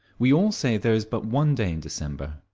we all say there is but one day in december.